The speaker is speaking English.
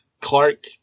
Clark